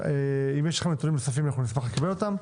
אם יש לכם נתונים נוספים, אנחנו נשמח לקבל אותם.